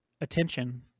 attention